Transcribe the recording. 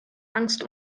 angst